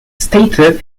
stated